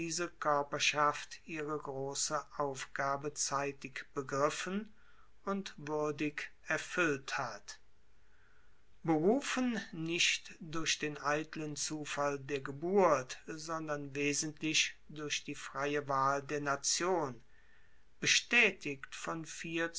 koerperschaft ihre grosse aufgabe zeitig begriffen und wuerdig erfuellt hat berufen nicht durch den eitlen zufall der geburt sondern wesentlich durch die freie wahl der nation bestaetigt von